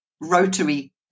rotary